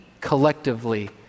collectively